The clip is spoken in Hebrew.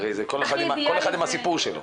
הרי זה כל אחד עם הסיפור שלו.